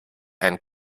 and